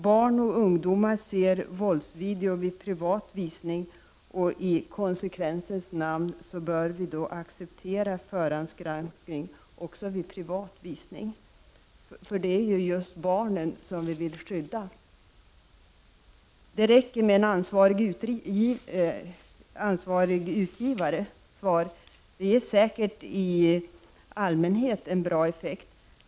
Barn och ungdomar ser våldsvideo vid privat visning. I konsekvensens namn bör vi acceptera förhandsgranskning också vid privat visning. För det är ju just barnen som vi vill skydda. Det räcker med en ansvarig utgivare. Svar: Det ger säkert i allmänhet en bra effekt.